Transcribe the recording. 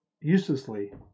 uselessly